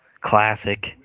classic